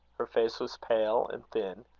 her face was pale and thin,